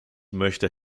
möchte